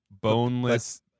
boneless